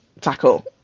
tackle